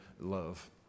love